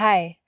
Hi